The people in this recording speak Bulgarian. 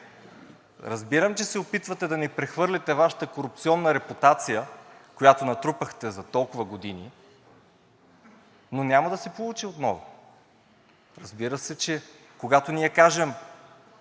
Разбирам, че се опитвате да ни прехвърлите Вашата корупционна репутация, която натрупахте за толкова години, но няма да се получи отново. Разбира се, че когато ние кажем: